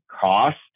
cost